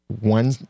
One